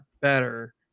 better